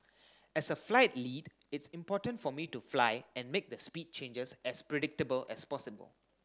as a flight lead it's important for me to fly and make the speed changes as predictable as possible